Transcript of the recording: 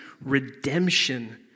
redemption